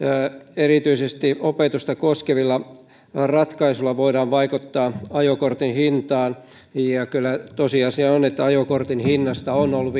erityisesti opetusta koskevilla ratkaisuilla voidaan vaikuttaa ajokortin hintaan kyllä tosiasia on että ajokortin hinnasta on ollut